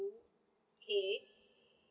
K